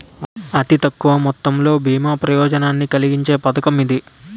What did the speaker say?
అతి తక్కువ మొత్తంతో బీమా ప్రయోజనాన్ని కలిగించే పథకం ఇది